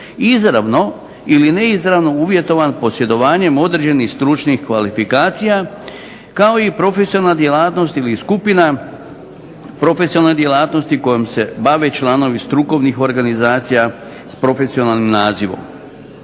izravno ili neizravno uvjetovan posjedovanjem određenih stručnih kvalifikacija kao i profesionalna djelatnost ili skupina profesionalnih djelatnosti kojom se bave članovi strukovnih organizacija s profesionalnim nazivima.